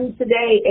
today